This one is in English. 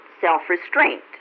self-restraint